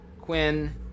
Quinn